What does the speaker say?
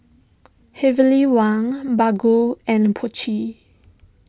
Heavenly Wang Bargo and Pucci